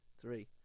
three